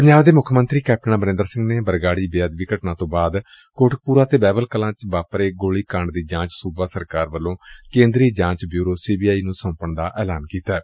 ਪੰਜਾਬ ਦੇ ਮੁੱਖ ਮੰਤਰੀ ਕੈਪਟਨ ਅਮਰਿੰਦਰ ਸਿੰਘ ਨੇ ਬਰਗਾੜੀ ਬੇਅਦਬੀ ਘਟਨਾ ਤੋਂ ਬਾਅਦ ਕੋਟਕਪੁਰਾ ਅਤੇ ਬਹਿਬਲ ਕਲਾ ਵਿੱਚ ਵਾਪਰੇ ਗੋਲੀ ਕਾਡ ਦੀ ਜਾਂਚ ਸੁਬਾ ਸਰਕਾਰ ਵੱਲੋਂ ਕੇਦਰੀ ਜਾਂਚ ਬਿਉਰੋ ਸੀਬੀਆਈ ਨੁੰ ਸੌਂਪਣ ਦਾ ਐਲਾਨ ਕੀਤੈ